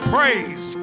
Praise